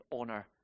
honor